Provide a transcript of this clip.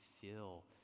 feel